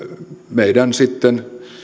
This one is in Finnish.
meidän